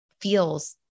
feels